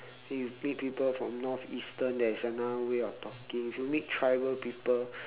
then you meet people from north eastern there is another way of talking if you meet tribal people